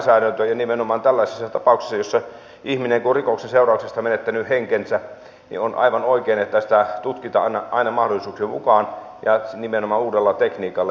ja nimenomaan tällaisessa tapauksessa jossa ihminen on rikoksen seurauksesta menettänyt henkensä on aivan oikein että tätä tutkitaan aina mahdollisuuksien mukaan ja nimenomaan uudella tekniikalla